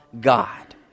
God